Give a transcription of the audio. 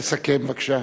לסכם בבקשה.